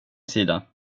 sida